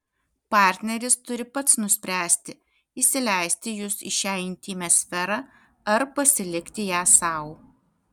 partneris turi pats nuspręsti įsileisti jus į šią intymią sferą ar pasilikti ją sau